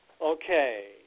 Okay